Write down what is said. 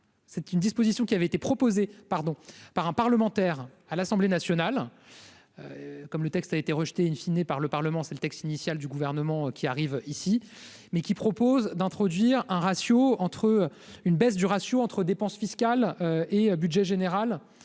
c'est une disposition qui avait été proposée, pardon, par un parlementaire à l'Assemblée nationale, comme le texte a été rejetée, une fine et par le Parlement, c'est le texte initial du gouvernement qui arrivent ici, mais qui propose d'introduire un ratio entre eux une baisse du ratio entre dépenses fiscales et budget général